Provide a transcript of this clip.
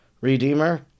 redeemer